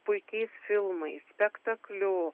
puikiais filmais spektakliu